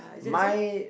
mine